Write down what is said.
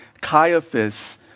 Caiaphas